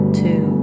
two